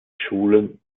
schulen